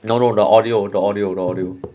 no no the audio the audio the audio